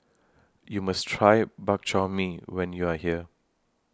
YOU must Try Bak Chor Mee when YOU Are here